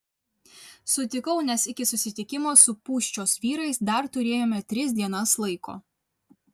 sutikau nes iki susitikimo su pūščios vyrais dar turėjome tris dienas laiko